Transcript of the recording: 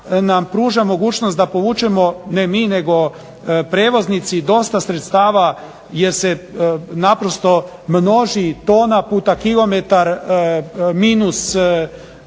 nam pruža mogućnost da povučemo, ne mi nego prijevoznici, dosta sredstava jer se naprosto množi tona puta kilometar minus